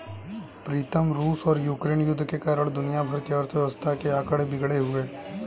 प्रीतम रूस और यूक्रेन युद्ध के कारण दुनिया भर की अर्थव्यवस्था के आंकड़े बिगड़े हुए